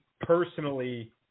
personally